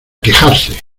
quejarse